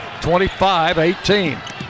25-18